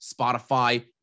Spotify